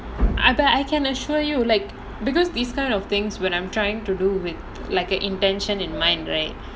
but I can assure you because this kind of things when I am trying to do like with an intention in mind right